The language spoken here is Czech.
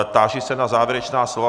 Táži se na závěrečná slova.